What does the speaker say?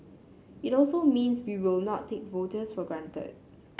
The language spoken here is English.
it also means we will not take voters for granted